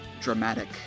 dramatic